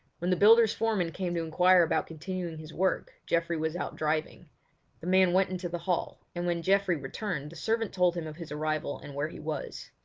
when the builder's foreman came to inquire about continuing his work geoffrey was out driving the man went into the hall, and when geoffrey returned the servant told him of his arrival and where he was.